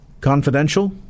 confidential